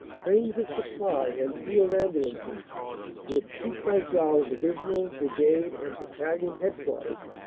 trains of supply and field ambulances with cheek-by-jowl divisional, brigade and battalion headquarters,